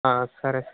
సరే సార్